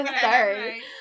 Sorry